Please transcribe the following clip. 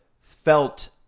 felt